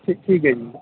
ਠੀਕ ਹੈ ਜੀ